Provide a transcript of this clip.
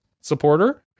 supporter